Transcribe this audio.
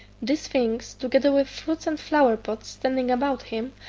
these things, together with fruits and flower-pot standing about him,